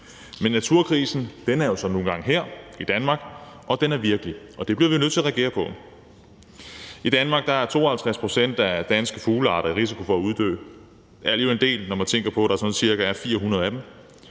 Men naturkrisen er jo så nu engang her, i Danmark, og den er virkelig, og det bliver vi nødt til at reagere på. I Danmark er 52 pct. af danske fuglearter i risiko for at uddø. Det er alligevel en del, når man tænker på, at der sådan cirka er 400 af dem.